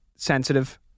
sensitive